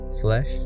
Flesh